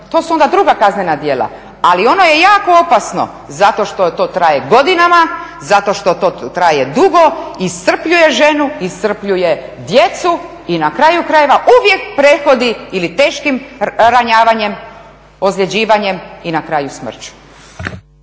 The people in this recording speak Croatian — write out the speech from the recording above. To su onda druga kaznena djela. Ali ono je jako opasno zato što to traje godinama, zato što to traje dugo, iscrpljuje ženu, iscrpljuje djecu i na kraju krajeva uvijek prethodi ili teškim ranjavanjem, ozljeđivanjem i na kraju smrću.